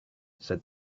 said